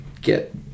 get